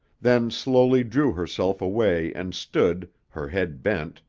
then slowly drew herself away and stood, her head bent,